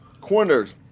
corners